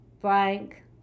Frank